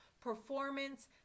performance